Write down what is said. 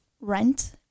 rent